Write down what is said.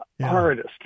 hardest